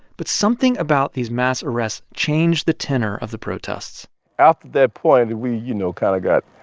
but something about these mass arrests changed the tenor of the protests after that point, we, you know, kind of got